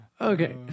Okay